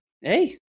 hey